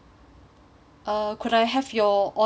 uh could I have your order please